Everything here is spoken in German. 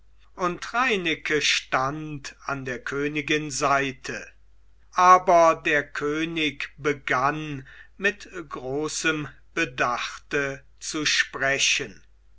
und reineke stand an der königin seite aber der könig begann mit großem bedachte zu sprechen